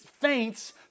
faints